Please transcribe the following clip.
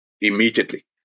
immediately